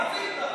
מה עשית?